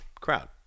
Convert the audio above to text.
crowd